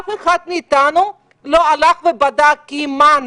אף אחד מאתנו לא הלך ובדק עמנו.